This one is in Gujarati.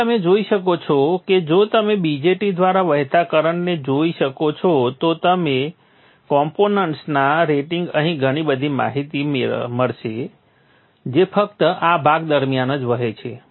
તેથી તમે જોઈ શકો છો કે જો તમે BJT દ્વારા વહેતા કરંટને જોઈ શકો છો તો તમને કોમ્પોનન્ટ્સના રેટિંગમાં અહીં ઘણી બધી માહિતી મળશે જે ફક્ત આ ભાગ દરમિયાન જ વહે છે